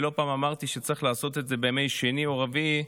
ולא פעם אמרתי שצריך לעשות את זה בימי שני או רביעי,